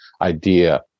idea